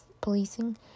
policing